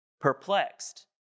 perplexed